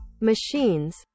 machines